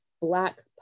Black